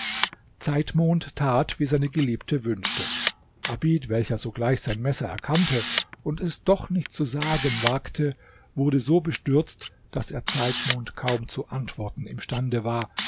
zeitmond tat wie seine geliebte wünschte abid welcher sogleich sein messer erkannte und es doch nicht zu sagen wagte wurde so bestürzt daß er zeitmond kaum zu antworten imstande war